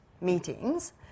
meetings